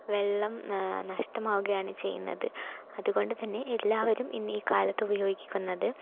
വെള്ളം നഷ്ടമാവുകയാണ് ചെയ്യുന്നത് അതുകൊണ്ട് തന്നെ എല്ലാവരും ഇന്ന് ഇക്കാലത്ത് ഉപയോഗിക്കുന്നത്